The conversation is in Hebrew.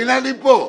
הנה אני פה.